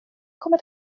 kommer